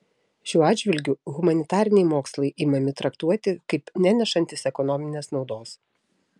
šiuo atžvilgiu humanitariniai mokslai imami traktuoti kaip nenešantys ekonominės naudos